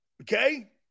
okay